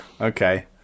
Okay